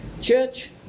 Church